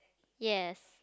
yes